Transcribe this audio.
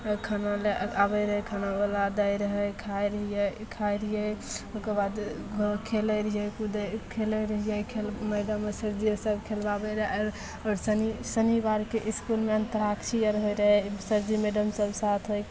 फेर खाना लए आबै रहै खानाबला दै रहै खाइ रहियै खाइ रहियै ओइक बाद हँ खेलै रहियै कूदै खेलै रहियै खेल मैडम आ सर जे सब खेलबाबै रहै आओर शनि शनिबारके इसकुलमे अन्तराक्षी आर होइ रहै सरजी मैडम सब साथ होइ